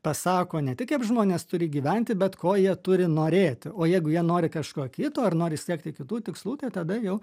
pasako ne tik kaip žmonės turi gyventi bet ko jie turi norėti o jeigu jie nori kažko kito ar nori siekti kitų tikslų tai tada jau